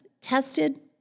tested